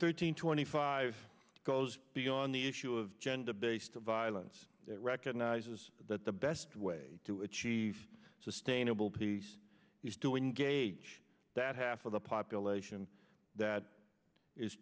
thirteen twenty five goes beyond the issue of gender based violence that recognizes that the best way to achieve sustainable peace is doing gauge that half of the population that is